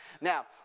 Now